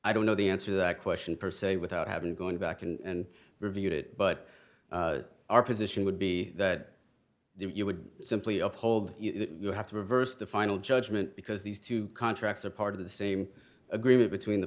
i don't know the answer to that question per se without having going back and reviewed it but our position would be that you would simply uphold you have to reverse the final judgment because these two contracts are part of the same agreement between the